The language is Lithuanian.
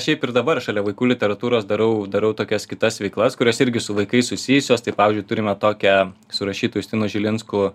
šiaip ir dabar šalia vaikų literatūros darau darau tokias kitas veiklas kurios irgi su vaikais susijusios tai pavyzdžiui turime tokią su rašytoju justinu žilinsku